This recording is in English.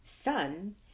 sun